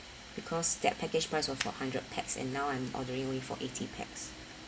because that package price was for hundred pax and now I'm ordering it for eighty pax